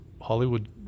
Hollywood